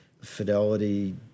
Fidelity